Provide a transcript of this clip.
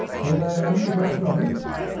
here i am as i promised.